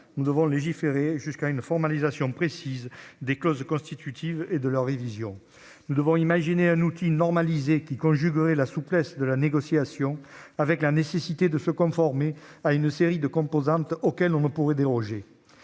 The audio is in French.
nous devons donc légiférer jusqu'à une formalisation précise des clauses constitutives et de leurs révisions. Nous devons imaginer un outil normalisé qui conjuguerait la souplesse de la négociation avec la nécessité de se conformer à une série de composantes auxquelles on ne pourrait déroger.